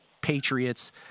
Patriots –